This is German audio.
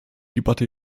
debatte